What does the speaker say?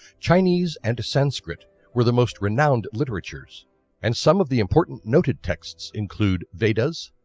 chinese and sanskrit were the most renowned literatures and some of the important noted texts include vedas,